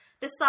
decide